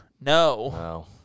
no